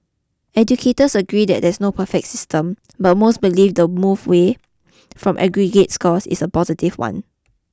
educators agree there is no perfect system but most believe the move away from aggregate scores is a positive one